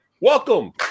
welcome